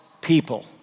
people